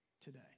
today